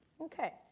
Okay